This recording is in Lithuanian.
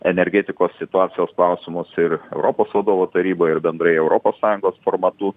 energetikos situacijos klausimus ir europos vadovų taryboj ir bendrai europos sąjungos formatu